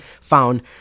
found